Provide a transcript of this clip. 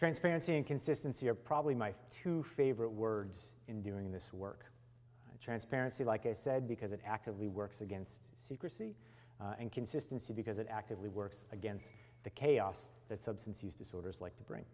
transparency and consistency are probably my first two favorite words in doing this work transparency like i said because it actively works against secrecy and consistency because it actively works against the chaos that substance use disorders like to brin